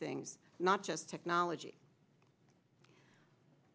things not just technology